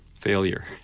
failure